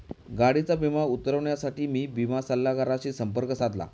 गाडीचा विमा उतरवण्यासाठी मी विमा सल्लागाराशी संपर्क साधला